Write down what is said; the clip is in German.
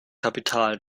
kapital